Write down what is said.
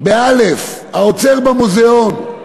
באל"ף, האוצר במוזיאון.